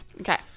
Okay